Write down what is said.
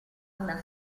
una